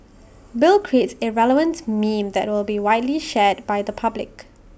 bill creates A relevant meme that will be widely shared by the public